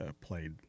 played